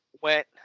went